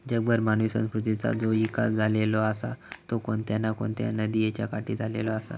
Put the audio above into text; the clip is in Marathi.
जगभर मानवी संस्कृतीचा जो इकास झालेलो आसा तो कोणत्या ना कोणत्या नदीयेच्या काठी झालेलो आसा